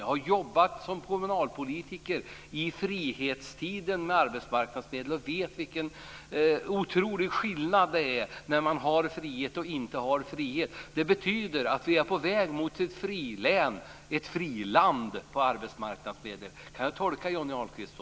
Jag har jobbat som kommunalpolitiker med arbetsmarknadsmedel under frihetstiden, och jag vet vilken otrolig skillnad det är på när man har frihet och när man inte har frihet. Det betyder att vi är på väg mot ett friland när det gäller arbetsmarknadsmedel. Kan jag tolka Johnny Ahlqvist så?